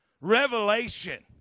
Revelation